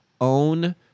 own